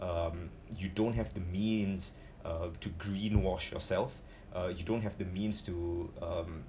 um you don't have the means uh to green wash yourself uh you don't have the means to um